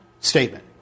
statement